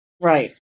Right